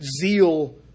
zeal